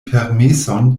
permeson